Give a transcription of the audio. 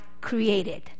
created